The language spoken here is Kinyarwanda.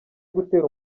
gutera